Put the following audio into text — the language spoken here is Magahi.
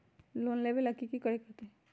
लोन लेबे ला की कि करे के होतई?